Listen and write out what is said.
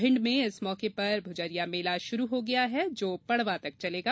भिंड में इस मौके पर भुजरिया मेला शुरू हो गया है जो पड़वा तक चलेगा